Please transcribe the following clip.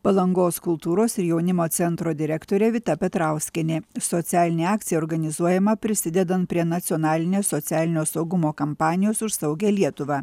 palangos kultūros ir jaunimo centro direktorė vita petrauskienė socialinė akcija organizuojama prisidedant prie nacionalinės socialinio saugumo kampanijos už saugią lietuvą